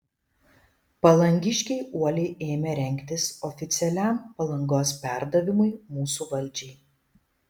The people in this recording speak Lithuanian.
palangiškiai uoliai ėmė rengtis oficialiam palangos perdavimui mūsų valdžiai